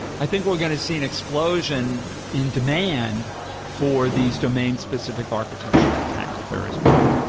i think we're going to see an explosion in demand for these domain-specific architectures to tackle various problems.